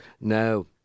no